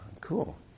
cool